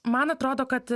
man atrodo kad